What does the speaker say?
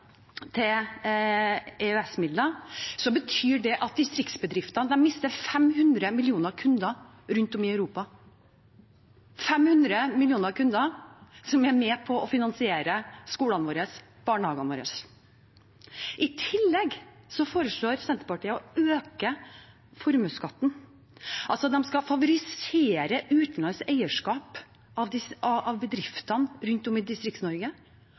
betyr det at distriktsbedriftene mister 500 millioner kunder rundt om i Europa, 500 millioner kunder som er med på å finansiere skolene våre, barnehagene våre. I tillegg foreslår Senterpartiet å øke formuesskatten. De skal altså favorisere utenlandsk eierskap av bedriftene rundt om i Distrikts-Norge. Og lokale eiere, som er opptatt av å skape arbeidsplasser i